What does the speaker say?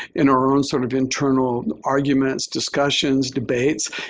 in our own sort of internal arguments, discussions, debates,